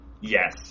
Yes